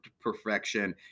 perfection